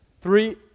Three